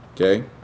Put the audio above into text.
Okay